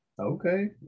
Okay